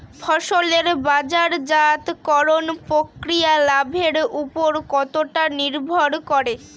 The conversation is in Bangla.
ফসলের বাজারজাত করণ প্রক্রিয়া লাভের উপর কতটা নির্ভর করে?